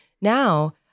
now